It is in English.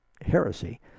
heresy